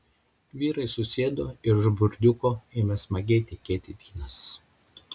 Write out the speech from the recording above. vyrai susėdo ir iš burdiuko ėmė smagiai tekėti vynas